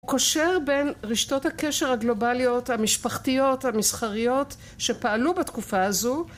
קושר בין רשתות הקשר הגלובליות המשפחתיות המסחריות שפעלו בתקופה הזו